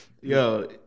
Yo